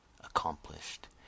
accomplished